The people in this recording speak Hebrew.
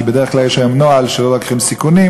כי בדרך כלל יש היום נוהל שלא לוקחים סיכונים,